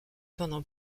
pendant